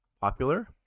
popular